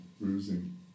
bruising